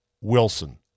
Wilson